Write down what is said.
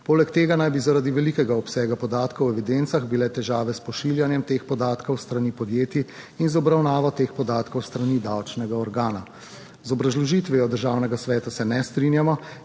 Poleg tega naj bi, zaradi velikega obsega podatkov o evidencah bile težave s pošiljanjem teh podatkov s strani podjetij in z obravnavo teh podatkov s strani davčnega organa. Z obrazložitvijo Državnega sveta se ne strinjamo,